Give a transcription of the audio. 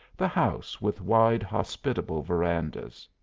the house with wide, hospitable verandas.